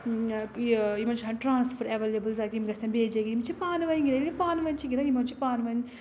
یِمن چھِ آسان ٹٕرَانَسفَر اَیٚوَیٚلَیبٕل زیادٕ کِینٛہہ یِم گژھان بیٚیہِ جایہِ یِم چھِ پانہٕ ؤنۍ گِنٛدان پانہٕ ؤنۍ چھِ گِنٛدَان یِمَن چھِ پانہٕ ؤنۍ